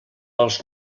els